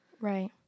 Right